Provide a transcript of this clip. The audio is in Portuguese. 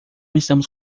estamos